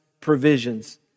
provisions